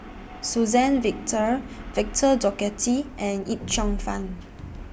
Suzann Victor Victor Doggett and Yip Cheong Fun